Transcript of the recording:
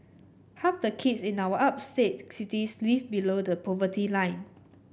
half the kids in our upstate cities live below the poverty line